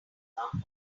not